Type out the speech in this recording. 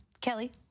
Kelly